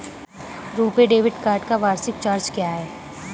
RuPay debit card का वार्षिक charge क्या है?